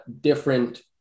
different